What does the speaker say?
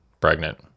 pregnant